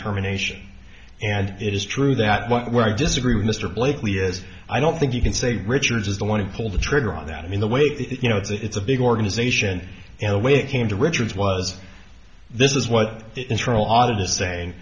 terminations and it is true that what i disagree with mr blakeley is i don't think you can say richards is the one who pulled the trigger on that in the way you know it's a big organization and the way it came to richards was this is what it is for a lot of the saying